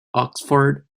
oxford